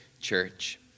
church